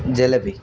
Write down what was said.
jalebi